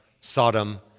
Sodom